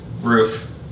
roof